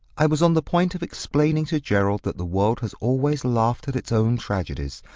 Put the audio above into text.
i was on the point of explaining to gerald that the world has always laughed at its own tragedies,